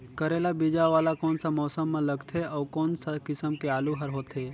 करेला बीजा वाला कोन सा मौसम म लगथे अउ कोन सा किसम के आलू हर होथे?